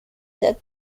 that